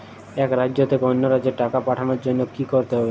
এক রাজ্য থেকে অন্য রাজ্যে টাকা পাঠানোর জন্য কী করতে হবে?